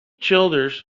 childers